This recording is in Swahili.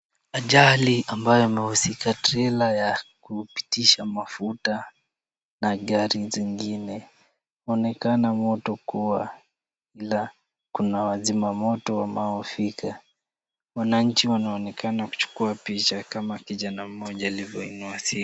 Ajali ambayo imehusika trela ya kupitisha mafuta na gari zingine , kunaonekana moto kua ,ila kuna wazima moto wanaofika ,wananchi waonekana kuchukua picha kama kijana aliyeinua simu.